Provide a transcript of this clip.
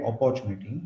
opportunity